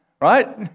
right